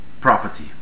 property